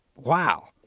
wow,